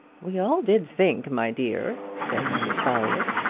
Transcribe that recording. we all did think, my dear, said mrs. folliott,